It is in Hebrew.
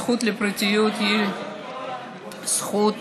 הזכות לפרטיות היא זכות